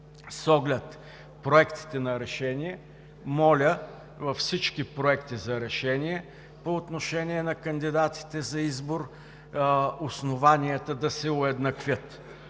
С оглед проектите на решение, моля, във всички проекти за решение по отношение на кандидатите за избор основанията да се уеднаквят,